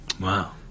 Wow